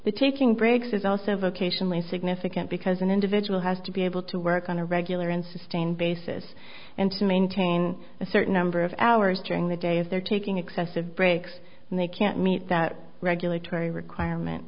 the taking breaks is also vocationally significant because an individual has to be able to work on a regular and sustained basis and to maintain a certain number of hours during the day if they're taking excessive breaks and they can't meet that regulatory requirement